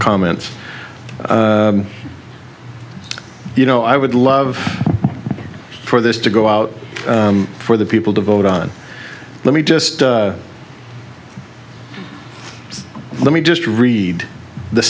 comments you know i would love for this to go out for the people to vote on let me just let me just read the